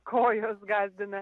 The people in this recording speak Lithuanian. kojos gąsdina